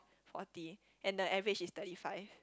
forty and the average is thirty five